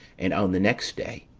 and on the next day,